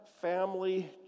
family